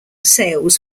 sales